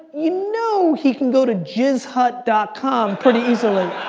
you know he can go to jizzhut dot com pretty easily.